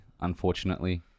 unfortunately